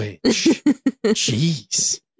jeez